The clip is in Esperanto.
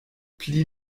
pli